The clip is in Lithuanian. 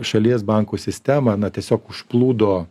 šalies bankų sistemą na tiesiog užplūdo